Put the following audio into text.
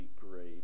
great